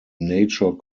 nature